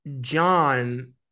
John